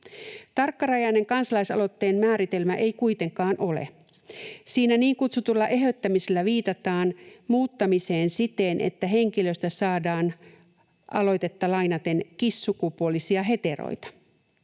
Tarkkarajainen kansalaisaloitteen määritelmä ei kuitenkaan ole. Siinä niin kutsutulla eheyttämisellä viitataan muuttamiseen siten, että henkilöistä saadaan, aloitetta lainaten, cis-sukupuolisia heteroita.